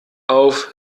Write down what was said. auf